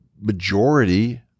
majority